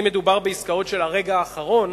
אם מדובר בעסקאות של הרגע האחרון